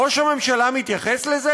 ראש הממשלה מתייחס לזה?